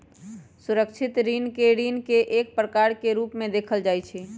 सुरक्षित ऋण के ऋण के एक प्रकार के रूप में देखल जा हई